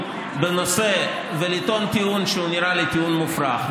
בנושא ולטעון טיעון שנראה לי מופרך.